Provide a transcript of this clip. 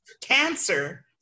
Cancer